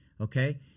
okay